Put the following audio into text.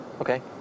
Okay